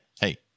hey